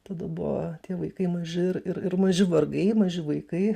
tada buvo tie vaikai maži ir ir ir maži vargai maži vaikai